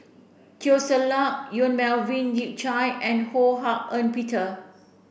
Teo Ser Luck Yong Melvin Yik Chye and Ho Hak Ean Peter